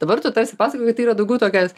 dabar tu tarsi pasakoji kad tai yra daugiau tokios